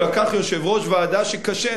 הוא לקח יושב-ראש ועדה שקשה,